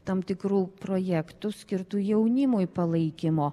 tam tikrų projektų skirtų jaunimui palaikymo